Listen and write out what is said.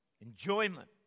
enjoyment